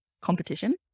competition